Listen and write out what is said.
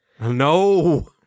no